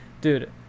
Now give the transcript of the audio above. Dude